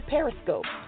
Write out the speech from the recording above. Periscope